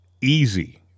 easy